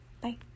Bye